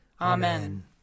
Amen